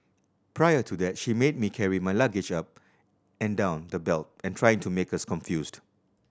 prior to that she made me carry my luggage up and down the belt and trying to make us confused